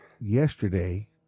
Yesterday